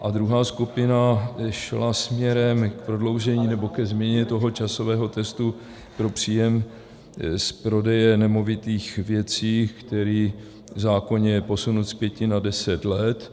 A druhá skupina šla směrem k prodloužení nebo ke změně časového testu pro příjem z prodeje nemovitých věcí, který v zákoně je posunut z pěti na deset let.